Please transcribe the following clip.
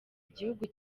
igihugu